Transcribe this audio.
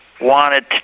wanted